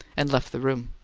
and left the room.